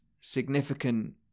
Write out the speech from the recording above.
significant